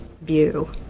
view